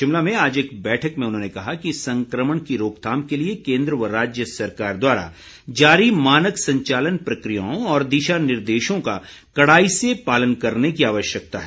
शिमला में आज एक बैठक में उन्होंने कहा कि संक्रमण की रोकथाम के लिए केन्द्र व राज्य सरकार द्वारा जारी मानक संचालन प्रक्रियाओं और दिशा निर्देशों का कड़ाई से पालन करने की जरूरत है